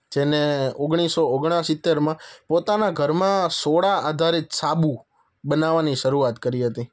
જેને ઓગણીસો ઓગણસિત્તેરમાં પોતાના ઘરમાં સોડા આધારિત સાબુ બનાવાની શરૂઆત કરી હતી